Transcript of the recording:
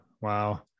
Wow